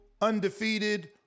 undefeated